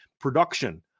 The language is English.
production